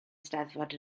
steddfod